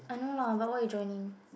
I know lah but what you joining